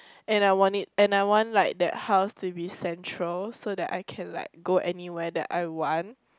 and I want it and I want like that house to be central so that I can like go anywhere that I want